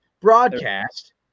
broadcast